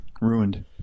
ruined